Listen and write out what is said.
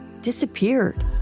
disappeared